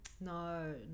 No